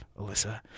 Alyssa